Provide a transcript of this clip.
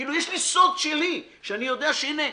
כאילו יש לי סוד שלי שאני יודע שהנה,